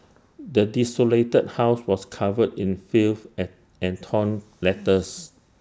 the desolated house was covered in filth and and torn letters